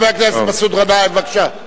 חבר הכנסת מסעוד גנאים, בבקשה.